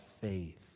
faith